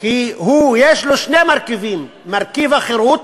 כי יש בו שני מרכיבים: מרכיב החירות,